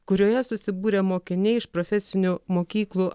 kurioje susibūrę mokiniai iš profesinių mokyklų